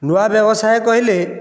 ନୂଆ ବ୍ୟବସାୟ କହିଲେ